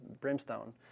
brimstone